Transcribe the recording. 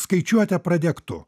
skaičiuotę pradėk tu